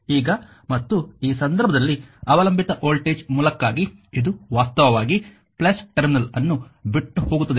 ಈಗ ಮತ್ತು ಈ ಸಂದರ್ಭದಲ್ಲಿ ಅವಲಂಬಿತ ವೋಲ್ಟೇಜ್ ಮೂಲಕ್ಕಾಗಿ ಇದು ವಾಸ್ತವವಾಗಿ ಟರ್ಮಿನಲ್ ಅನ್ನು ಬಿಟ್ಟು ಹೋಗುತ್ತದೆ